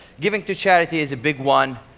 giving to charity is a big one,